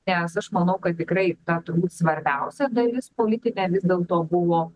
nes aš manau kad tikrai tą turbūt svarbiausia dalis politinė vis dėlto buvo